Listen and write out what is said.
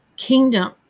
kingdom